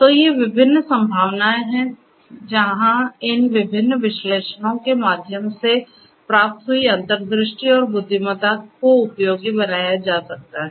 तो ये विभिन्न संभावनाएं हैं जहां इन विभिन्न विश्लेषणों के माध्यम से प्राप्त नई अंतर्दृष्टि और बुद्धिमत्ता को उपयोगी बनाया जा सकता है